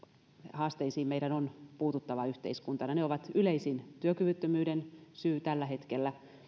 haasteisiin meidän on puututtava yhteiskuntana ne ovat yleisin työkyvyttömyyden syy tällä hetkellä